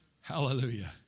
Hallelujah